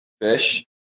fish